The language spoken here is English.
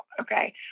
Okay